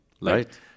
right